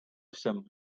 jsem